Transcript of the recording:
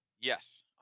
yes